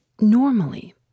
Normally